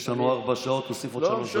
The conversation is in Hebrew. יש לנו ארבע שעות, תוסיף עוד שלוש דקות.